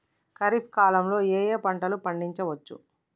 ఖరీఫ్ కాలంలో ఏ ఏ పంటలు పండించచ్చు?